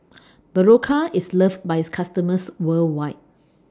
Berocca IS loved By its customers worldwide